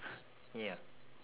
ya